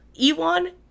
Iwan